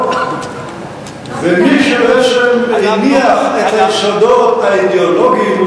מי שבעצם הניח את היסודות האידיאולוגיים,